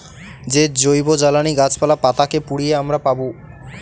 যে জৈবজ্বালানী গাছপালা, পাতা কে পুড়িয়ে আমরা পাবো